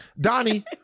Donnie